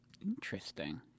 Interesting